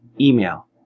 Email